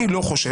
אני לא חושב,